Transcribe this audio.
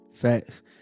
facts